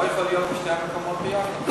אני לא יכול להיות בשני המקומות ביחד.